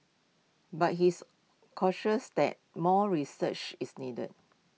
but he's cautious that more research is needed